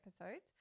episodes